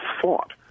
fought